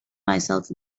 myself